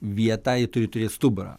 vietą jie turi turėt stuburą